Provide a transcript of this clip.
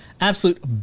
Absolute